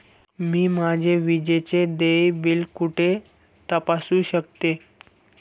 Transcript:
मी माझे विजेचे देय बिल कुठे तपासू शकते?